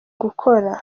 gukora